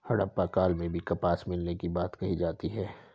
हड़प्पा काल में भी कपास मिलने की बात कही जाती है